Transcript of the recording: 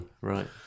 Right